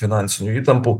finansinių įtampų